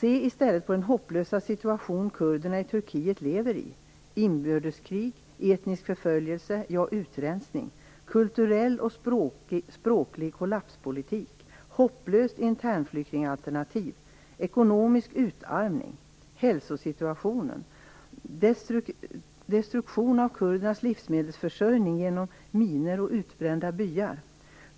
Se i stället på den hopplösa situation kurderna i Turkiet lever i: inbördeskrig, etnisk förföljlse, ja utrensning, kulturell och språklig kollapspolitik, hopplöst internflyktingalternativ, ekonomisk utarmning, hälsosituationen och destruktion av kurdernas livsmedelsförsörjning genom minor och utbrända byar.